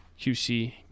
QC